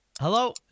Hello